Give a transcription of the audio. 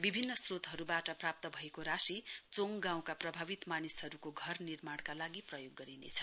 विभिन्न श्रोतहरुवाट प्राप्त भएको राशि चोङ गाउँका प्रभावित मानिसहरुको घर निर्माणका लागि प्रयोग गरिनेछ